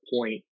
point